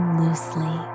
loosely